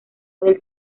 del